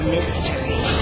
Mystery